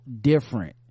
different